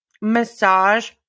massage